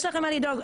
יש לכם מה לדאוג,